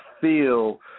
feel